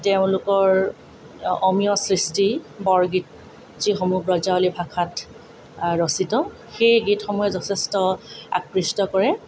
তেওঁলোকৰ অমিয় সৃষ্টি বৰগীত যিসমূহ ব্ৰজাৱলী ভাষাত ৰচিত সেই গীতসমূহে যথেষ্ট আকৃষ্ট কৰে